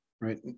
Right